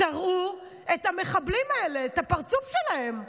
תראו את המחבלים האלה, את הפרצוף שלהם,